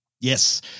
yes